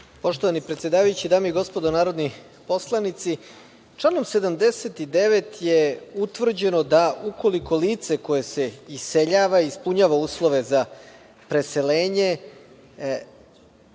Poštovani predsedavajući, dame i gospodo narodni poslanici, članom 79. je utvrđeno da ukoliko lice koje se iseljava ispunjava uslove za preseljenje,